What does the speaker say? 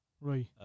Right